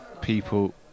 people